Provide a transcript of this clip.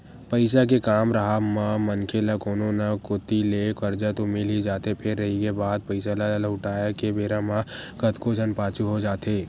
पइसा के काम राहब म मनखे ल कोनो न कोती ले करजा तो मिल ही जाथे फेर रहिगे बात पइसा ल लहुटाय के बेरा म कतको झन पाछू हो जाथे